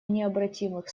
необратимых